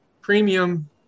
Premium